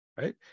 right